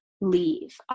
leave